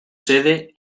sede